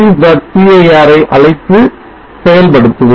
cir ஐ அழைத்து செயல்படுத்துவோம்